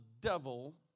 devil